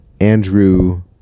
Andrew